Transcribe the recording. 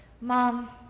Mom